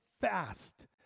fast